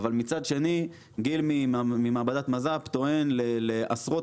אבל מצד שני גיל ממעבדת מז"פ טוען לעשרות